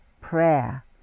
prayer